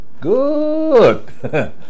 good